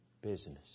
business